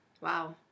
Wow